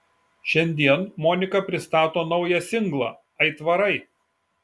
šiandien monika pristato naują singlą aitvarai